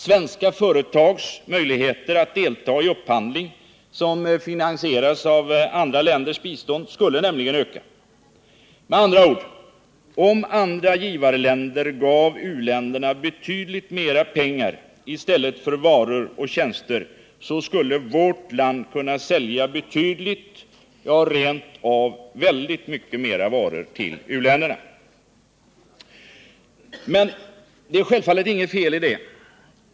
Svenska företags möjligheter att delta i upphandling som finansieras av andra länders bistånd skulle nämligen öka. Med andra ord: om andra givarländer gav u-länderna betydligt mera pengar i stället för varor och tjänster, skulle vårt land kunna sälja betydligt mera, ja rent av väldigt mycket mera varor till u-länderna. Men det är självfallet inget fel i det.